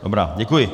Dobrá, děkuji.